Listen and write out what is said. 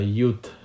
youth